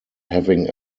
having